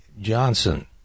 Johnson